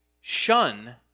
shun